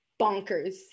bonkers